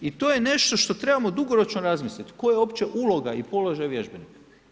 I to je nešto što trebamo dugoročno razmisliti koja je uopće uloga i položaj vježbenika.